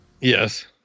Yes